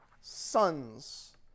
sons